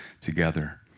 together